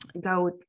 go